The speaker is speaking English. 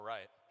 Right